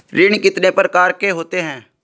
ऋण कितने प्रकार के होते हैं?